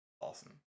Awesome